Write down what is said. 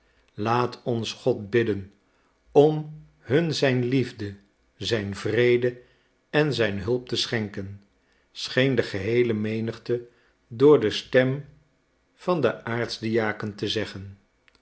laat ons god bidden om hun zijn liefde zijn vrede en zijn hulp te schenken scheen de geheele menigte door de stem van den aartsdiaken te zeggen